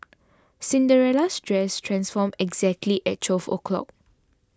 Cinderella's dress transformed exactly at twelve o'clock